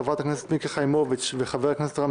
חברת הכנסת מיקי חיימוביץ וחבר הכנסת רם